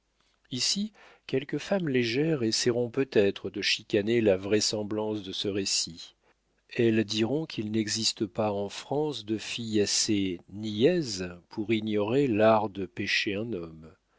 ici quelques femmes légères essaieront peut-être de chicaner la vraisemblance de ce récit elle diront qu'il n'existe pas en france de fille assez niaise pour ignorer l'art de pêcher un homme